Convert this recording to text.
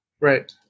Right